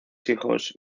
hijos